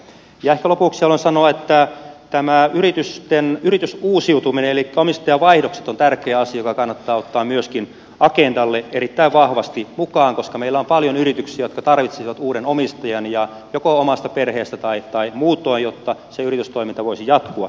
ehkä lopuksi haluan sanoa että tämä yritysuusiutuminen elikkä omistajavaihdokset on tärkeä asia joka kannattaa ottaa myöskin agendalle erittäin vahvasti mukaan koska meillä on paljon yrityksiä jotka tarvitsisivat uuden omistajan joko omasta perheestä tai muutoin jotta se yritystoiminta voisi jatkua